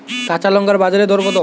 কাঁচা লঙ্কার বাজার দর কত?